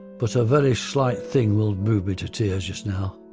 but a very slight thing will move me to tears just now.